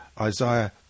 Isaiah